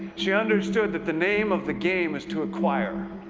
she understood that the name of the game is to acquire.